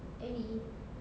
aini